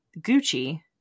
Gucci